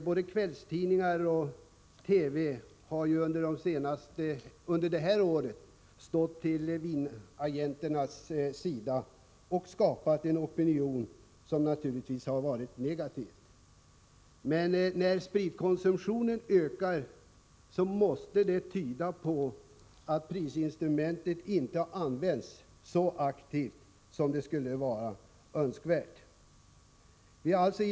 Både kvällstidningar och TV har under det här året stått på vinagenternas sida och skapat en opinion som naturligtvis har varit negativ till sprit. Men när spritkonsumtionen ökar måste det tyda på att prisinstrumentet inte har använts så aktivt som skulle ha varit önskvärt.